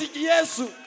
Jesus